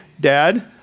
Dad